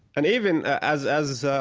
and even as as ah